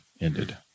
ended